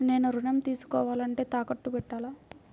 నేను ఋణం తీసుకోవాలంటే తాకట్టు పెట్టాలా?